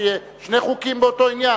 שיהיו שני חוקים באותו עניין?